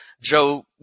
Joe